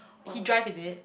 he drive is it